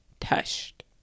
touched